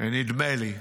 נדמה לי,